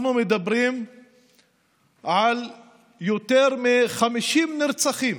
אנחנו מדברים על יותר מ-50 נרצחים